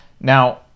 Now